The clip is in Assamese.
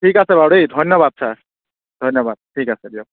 ঠিক আছে বাৰু দেই ধন্যবাদ ছাৰ ধন্যবাদ ঠিক আছে দিয়ক